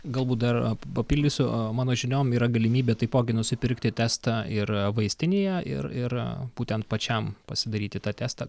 galbūt dar papildysiu mano žiniom yra galimybė taipogi nusipirkti testą ir vaistinėje ir ir būtent pačiam pasidaryti tą testą